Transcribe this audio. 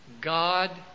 God